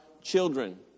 children